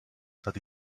that